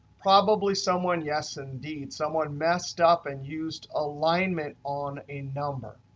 probably someone yes indeed, someone messed up and used alignment on a number.